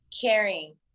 caring